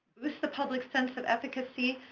boost the public's sense of efficacy,